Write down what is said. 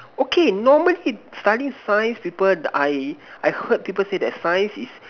okay normally study science people I I heard people say that science is